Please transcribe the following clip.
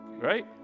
Right